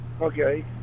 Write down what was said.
Okay